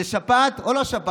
זה שפעת או לא שפעת?